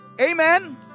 Amen